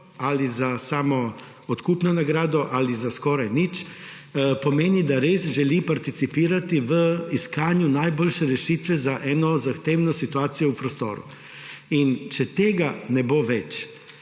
ali za samo odkupno nagrado ali za skoraj nič, pomeni, da res želi participirati v iskanju najboljše rešitve za eno zahtevno situacijo v prostoru. In če tega ne bo več,